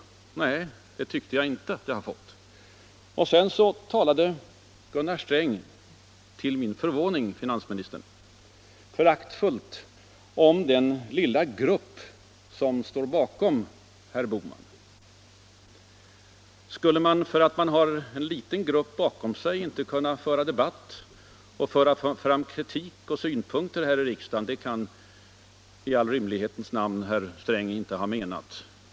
Nej, det tyckte jag inte att jag hade fått. Sedan talade Gunnar Sträng -— till min förvåning — föraktfullt om ”den lilla grupp som står bakom herr Bohman”. Skulle man därför att man bara har en liten grupp bakom sig inte kunna föra debatt och framföra kritik och synpunkter här i riksdagen? Det kan väl i all rimlighets namn herr Sträng inte ha menat!